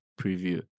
preview